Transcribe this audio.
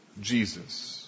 Jesus